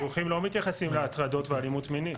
הדיווחים לא מתייחסים להטרדות ואלימות מינית.